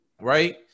right